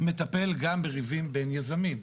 מטפל גם בריבים בין יזמים.